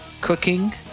cooking